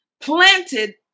planted